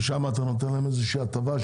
ושם אתה נותן להם איזה שהיא הטבה?